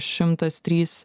šimtas trys